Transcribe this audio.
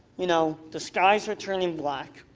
you know, the skies are turning black,